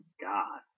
God